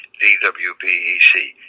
D-W-B-E-C